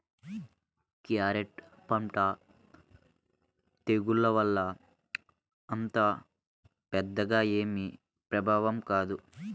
carrot పంట తెగుళ్ల వల్ల అంత పెద్దగా ఏమీ ప్రభావితం కాదు